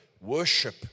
Worship